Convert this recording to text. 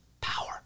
power